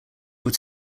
were